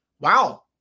wow